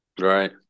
Right